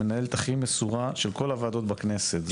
המנהלת הכי מסורה של כל הוועדות בכנסת,